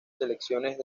selecciones